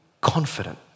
confident